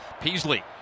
Peasley